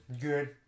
good